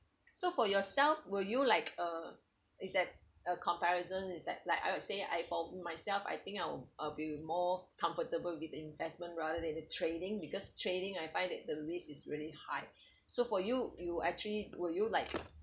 so for yourself will you like uh is that a comparison is that like I would say I for myself I think I'll I'll be more comfortable with the investment rather than the trading because trading I find that the risk is really high so for you you actually would you like